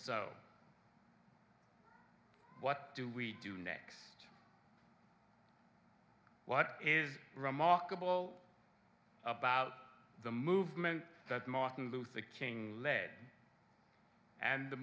so what do we do next what is remarkable about the movement that martin luther king led and the